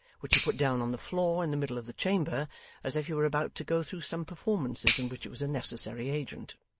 which he put down on the floor in the middle of the chamber as if he were about to go through some performances in which it was a necessary agent.